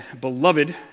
beloved